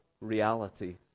reality